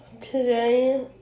today